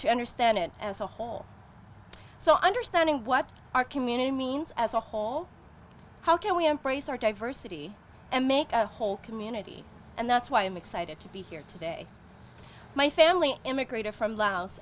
to understand it and so understanding what our community means as a whole how can we embrace our diversity and make a whole community and that's why i'm excited to be here today my family immigrated from